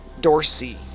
Dorsey